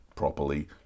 properly